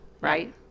right